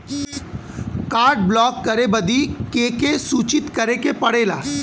Card block करे बदी के के सूचित करें के पड़ेला?